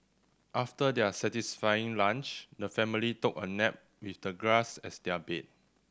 after their satisfying lunch the family took a nap with the grass as their bed